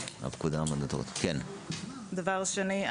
דבר שני,